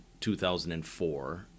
2004